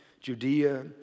Judea